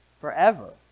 forever